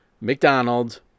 McDonald's